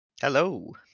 Hello